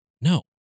No